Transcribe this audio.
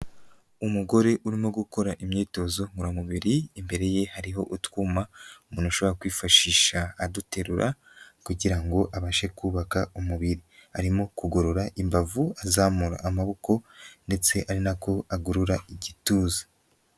Umugore urimo gukora imyitozo ngororamubiri imbere ye hariho utwuma umuntu ashobora kwifashisha aduterura kugira ngo abashe kubaka umubiri, arimo kugorora imbavu azamura amaboko ndetse ari nako agurura igituza.